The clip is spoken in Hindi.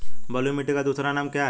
बलुई मिट्टी का दूसरा नाम क्या है?